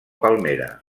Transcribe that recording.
palmera